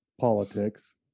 politics